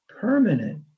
permanent